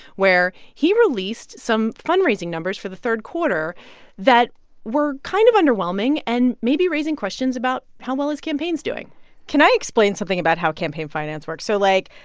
where he released some fundraising numbers for the third quarter that were kind of underwhelming and maybe raising questions about how well his campaign's doing can i explain something about how campaign finance works? so, like,